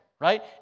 right